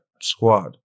squad